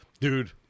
Dude